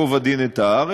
ייקוב הדין את ההר,